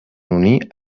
unir